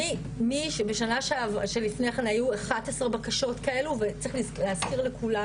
בשנה שלפני כן היו 11 בקשות כאלה ואיך להזכיר לכולם